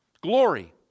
glory